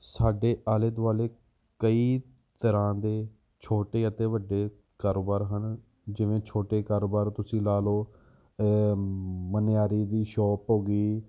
ਸਾਡੇ ਆਲੇ ਦੁਆਲੇ ਕਈ ਤਰ੍ਹਾਂ ਦੇ ਛੋਟੇ ਅਤੇ ਵੱਡੇ ਕਾਰੋਬਾਰ ਹਨ ਜਿਵੇਂ ਛੋਟੇ ਕਾਰੋਬਾਰ ਤੁਸੀਂ ਲਾ ਲਓ ਮਨਿਆਰੀ ਦੀ ਸ਼ੋਪ ਹੋ ਗਈ